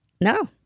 No